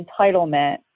entitlement